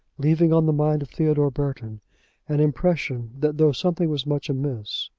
leaving on the mind of theodore burton an impression that though something was much amiss,